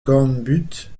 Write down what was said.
cornbutte